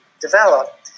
Develop